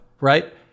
right